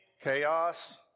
Chaos